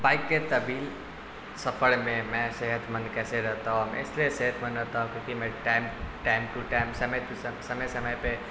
bike کے طبیل سفر میں میں صحت مند کیسے رہتا ہوں میں اس لیے صحت مند رہتا ہوں کیونکہ میں ٹائم ٹائم ٹو ٹائم سمے ٹو سمے سمے پہ